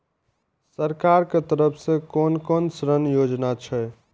सरकार के तरफ से कोन कोन ऋण योजना छै?